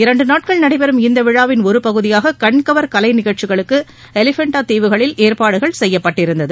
இரண்டு நாட்கள் நடைபெறும் இந்த விழாவின் ஒரு பகுதியாக கண்கவர் கலை நிகழ்ச்சிகளுக்கு எலிபெண்டா தீவுகளில் ஏற்பாடுகள் செய்யப்பட்டிருந்தது